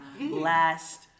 last